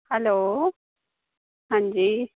hello हां'जी